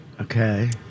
Okay